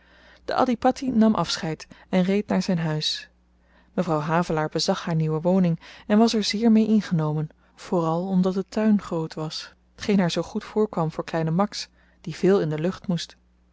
de adhipatti nam afscheid en reed naar zyn huis mevrouw havelaar bezag haar nieuwe woning en was er zeer mee ingenomen vooral omdat de tuin groot was tgeen haar zoo goed voorkwam voor kleinen max die veel in de lucht moest